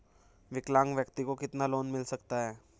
विकलांग व्यक्ति को कितना लोंन मिल सकता है?